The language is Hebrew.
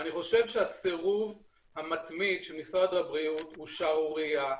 ואני חושב שהסירוב המתמיד של משרד הבריאות הוא שערורייה.